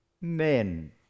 men